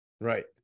Right